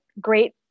great